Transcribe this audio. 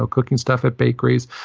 ah cooking stuff at bakeries.